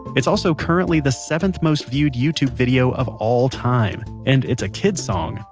it's also currently the seventh most viewed youtube video of all time, and it's a kids song.